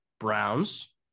browns